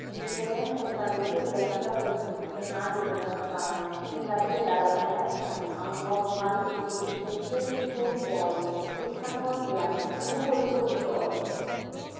il tremendo fragorío della pioggia sul lucernario della scala intravide dalla finestra a un nuovo palpito di luce il cielo sconvolto e scappò via lungo il corridojo